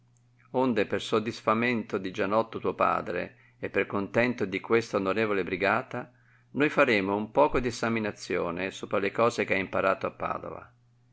onde per sodisfamento di gianotto tuo padre e per contento di questa onorevole brigata noi faremo un poco di essaminazione sopra le cose che hai imparato a padova